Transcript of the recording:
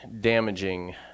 damaging